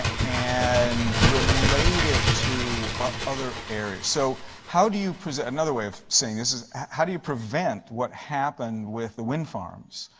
and relate it to ah other areas. so how do you present, another way of saying this is how do you prevent what happened with the windfarms?